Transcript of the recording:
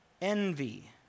envy